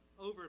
Over